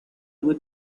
due